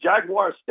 Jaguar